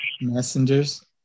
messengers